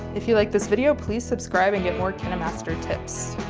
if you like this video, please subscribe and get more kinemaster tips.